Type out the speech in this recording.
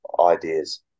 ideas